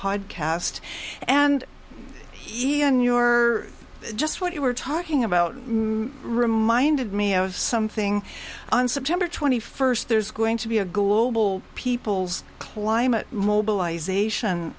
podcast and even your just what you were talking about reminded me of something on september twenty first there's going to be a global people's climate mobilize asian